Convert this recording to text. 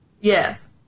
Yes